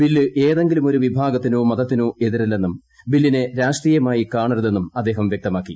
bill ഏതെങ്കിലുമൊരു വിഭാഗത്തിനൊ മതത്തിനൊ എതിരല്ലെന്നും ബില്ലിനെ രാഷ്ട്രീയമായി കാണരുതെന്ന് അദ്ദേഹം വ്യക്തമാക്കി